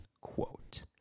quote